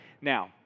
Now